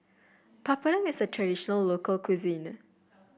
papadum is a traditional local cuisine